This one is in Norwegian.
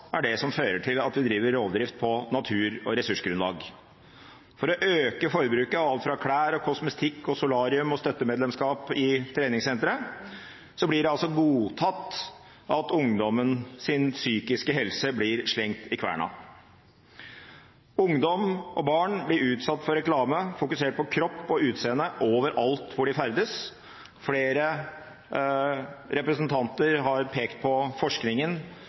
er det som fører til at vi driver rovdrift på natur og ressursgrunnlag. For å øke forbruket av alt fra klær og kosmetikk til solarium og støttemedlemskap i treningssentre blir det godtatt at ungdommens psykiske helse blir slengt i kverna. Ungdom og barn blir utsatt for reklame som fokuserer på kropp og utseende overalt hvor de ferdes. Flere representanter har pekt på forskningen